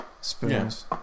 Spoons